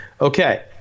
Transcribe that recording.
Okay